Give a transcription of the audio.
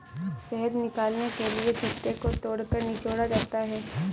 शहद निकालने के लिए छत्ते को तोड़कर निचोड़ा जाता है